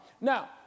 Now